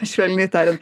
švelniai tariant